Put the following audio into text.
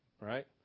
right